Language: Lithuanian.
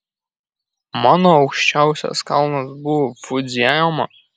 mano aukščiausias kalnas buvo fudzijama